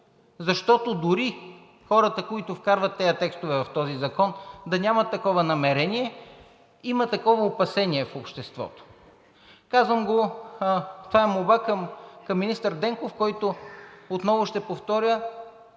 Защото дори хората, които вкарват тези текстове в този закон, да нямат такова намерение, има такова опасение в обществото. Казвам го, това е молба към министър Денков, който, отново ще повторя,